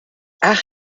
ach